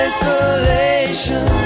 Isolation